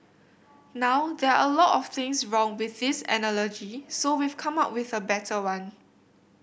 now there are a lot of things wrong with this analogy so we've come up with a better one